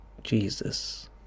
Jesus